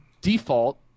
default